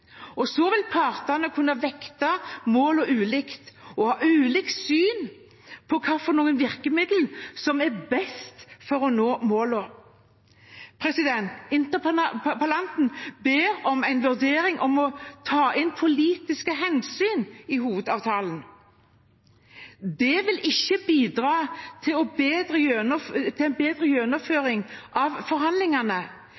Og så vil partene kunne vekte målene ulikt og ha ulikt syn på hvilke virkemidler som er best for å nå målene. Interpellanten ber om en vurdering av om man skal ta inn politiske hensyn i hovedavtalen. Det vil ikke bidra til en bedre